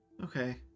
Okay